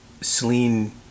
Celine